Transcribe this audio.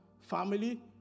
family